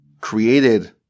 created